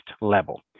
level